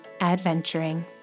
adventuring